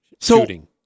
shooting